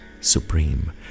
Supreme